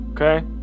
Okay